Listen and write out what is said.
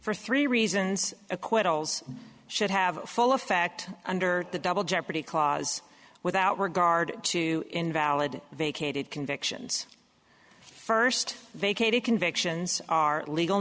for three reasons acquittals should have full effect under the double jeopardy clause without regard to invalid vacated convictions first vacated convictions are legal